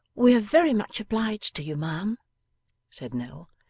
we are very much obliged to you, ma'am said nell,